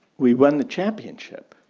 we won the championship.